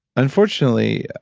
unfortunately,